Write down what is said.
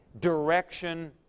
direction